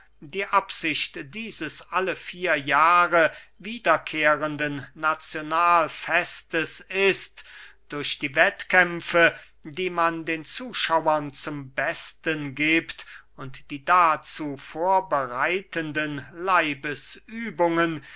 die absicht dieses alle vier jahre wiederkehrenden nazionalfestes ist durch die wettkämpfe die man den zuschauern zum besten giebt und die dazu vorbereitenden